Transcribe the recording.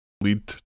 lead